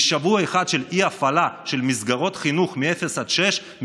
משבוע אחד של אי-הפעלה של מסגרות חינוך לגיל אפס עד שש,